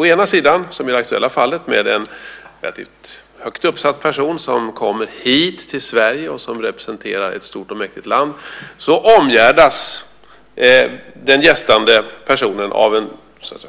Å ena sidan, som i det aktuella fallet med en relativt högt uppsatt person som kommer hit till Sverige och som representerar ett stort och mäktigt land, omgärdas den gästande personen av en